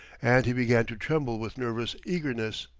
and he began to tremble with nervous eagerness.